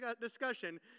discussion